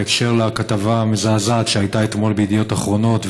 בקשר לכתבה המזעזעת שהייתה אתמול בידיעות אחרונות,